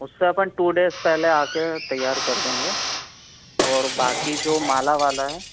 उससे अपन two days पहले आ के तैयार कर देंगे और बाकी जो माला वाला है